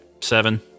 seven